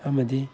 ꯑꯃꯗꯤ